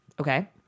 Okay